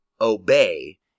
Obey